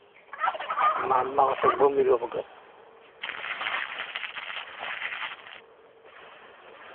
Ma- magosarbuong mirio pagap.